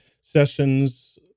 sessions